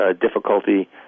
difficulty